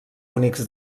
bonics